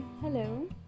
hello